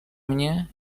mnie